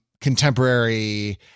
contemporary